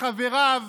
וחבריו